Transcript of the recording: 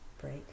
break